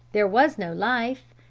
there was no life.